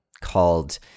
called